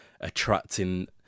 attracting